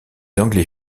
anglais